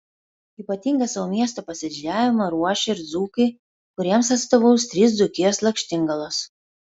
ypatingą savo miesto pasididžiavimą ruošia ir dzūkai kuriems atstovaus trys dzūkijos lakštingalos